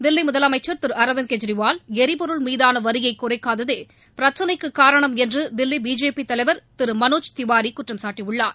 தில்லி முதலமைச்சர் திரு அரவிந்த் கெஜ்ரிவால் எரிபொருள் மீதான வரியை குறைக்காததே பிரச்சனைக்கு காரணம் என்று தில்லி பிஜேபி தலைவர் திரு மனோஜ் திவாரி குற்றம் சாட்டியுள்ளார்